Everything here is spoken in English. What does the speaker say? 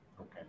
Okay